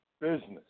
business